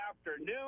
afternoon